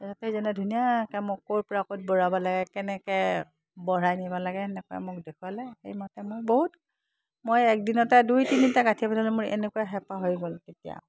তেখেতে যেনে ধুনীয়াকৈ মোক ক'ৰ পৰা ক'ত বঢ়াব লাগে কেনেকৈ বঢ়াই নিব লাগে সেনেকৈয়ে মোক দেখুৱালে সেইমতে মোৰ বহুত মই একেদিনতে দুই তিনিটা গাঁঠিম যেন মোৰ এনেকুৱা হেঁপাহ হৈ গ'ল তেতিয়া